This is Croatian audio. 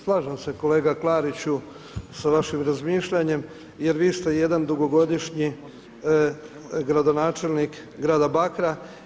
Slažem se kolega Klariću sa vašim razmišljanjem jer vi ste jedan dugogodišnji gradonačelnik grada Bakra.